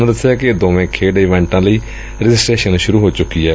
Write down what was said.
ਉਨ੍ਹਾਂ ਦਸਿਆ ਕਿ ਇਨ੍ਹਾ ਦੋਵੇ ਂਖੇਡ ਈਵੈ ਂਟਾ ਲਈ ਰਜਿਸਟਰੇਸਨ ਸੁਰੂ ਹੋ ਚੁੱਕੀ ਏ